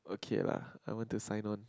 okay lah I want to sign on